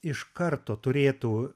iš karto turėtų